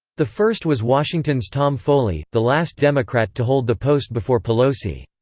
the first was washington's tom foley, the last democrat to hold the post before pelosi.